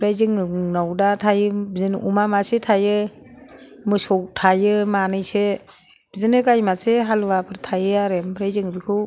ओमफ्राय जोङो उनाव दा थायो अमा मासे थायो मोसौ थायो मानैसो बिदिनो गाइ मासे हालुवाफोर थायो आरो ओमफ्राय जों बेखौ